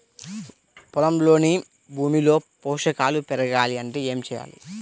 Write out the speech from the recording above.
పొలంలోని భూమిలో పోషకాలు పెరగాలి అంటే ఏం చేయాలి?